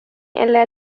ألا